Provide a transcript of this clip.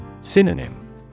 Synonym